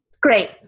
great